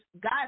God